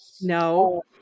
No